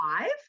five